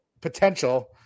potential